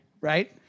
Right